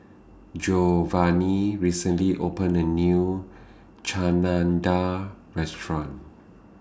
Giovani recently opened A New Chana Dal Restaurant